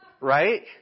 right